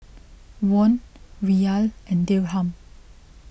Won Riyal and Dirham